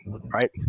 Right